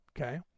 Okay